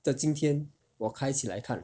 的今天我开起来看